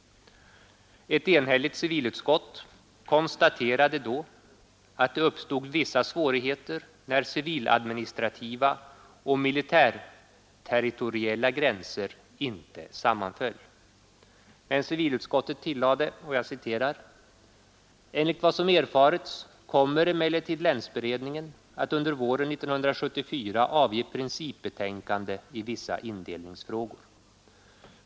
Ett enhälligt civilutskott konstaterade då att det uppstod vissa svårigheter när civiladministrativa och militärterritoriella gränser inte sammanfaller. Men civilutskottet tillade: ”Enligt vad som erfarits kommer emellertid länsberedningen att under våren 1974 avge principbetänkande i vissa indelningsfrågor.